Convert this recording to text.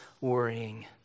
worrying